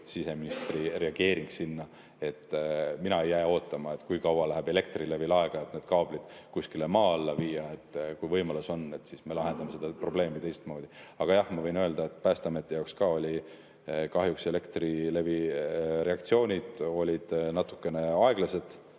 siseministri reageering sinna. Mina ei jää ootama, kui kaua läheb Elektrilevil aega, et need kaablid kuskile maa alla viia. Kui võimalus on, siis me lahendame selle probleemi teistmoodi. Aga jah, ma võin öelda, et ka Päästeameti jaoks kahjuks olid Elektrilevi reaktsioonid natuke aeglased,